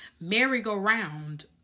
merry-go-round